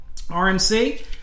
RMC